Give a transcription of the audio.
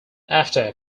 after